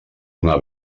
una